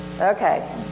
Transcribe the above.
Okay